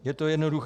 Je to jednoduché.